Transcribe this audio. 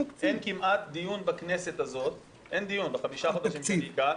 אין כמעט דיון בכנסת הזאת בחמישה חודשים שאני כאן,